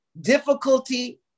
difficulty